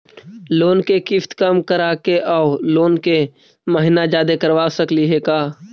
Loan के किस्त कम कराके औ लोन के महिना जादे करबा सकली हे का?